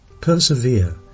persevere